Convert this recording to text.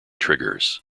triggers